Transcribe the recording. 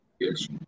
Yes